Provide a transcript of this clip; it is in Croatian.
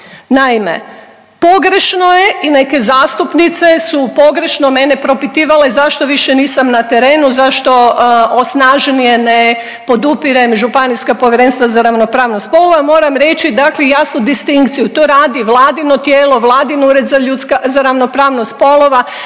Naime, pogrešno je i neke zastupnice su pogrešno mene propitivale zašto više nisam na terenu, zašto snažnije ne podupirem županijska povjerenstva za ravnopravnost spolova. Moram reći, dakle jasnu distinkciju. To radi vladino tijelo, vladin Ured za ravnopravnost spolova